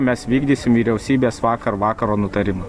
mes vykdysim vyriausybės vakar vakaro nutarimą